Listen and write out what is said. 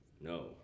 No